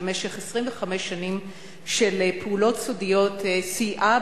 שבמשך 25 שנים של פעולות סודיות סייעה